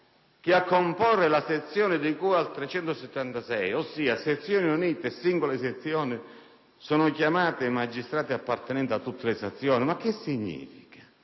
che a comporre la sezione di cui all'articolo 376, ossia sezioni unite e singole sezioni, sono chiamati magistrati appartenenti a tutte le sezioni. Ma che significa?